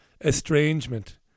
estrangement